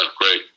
great